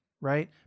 right